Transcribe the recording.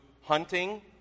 hunting